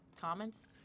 Comments